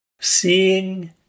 seeing